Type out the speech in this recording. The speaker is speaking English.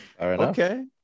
Okay